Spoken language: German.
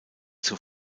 zur